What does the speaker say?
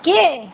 কে